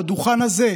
בדוכן הזה,